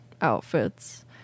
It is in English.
outfits